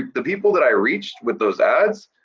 the people that i reached with those ads,